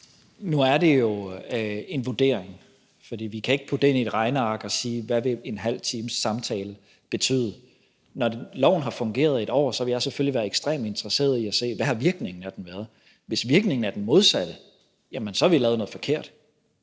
Nu er det jo en vurdering, for vi kan ikke putte det ind i et regneark og sige, hvad en halv times samtale vil betyde. Når loven har fungeret i 1 år, vil jeg selvfølgelig være ekstremt interesseret i at se, hvad virkningen af den har været, og hvis virkningen er den modsatte, har vi lavet noget forkert.